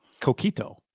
coquito